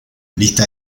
lista